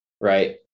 right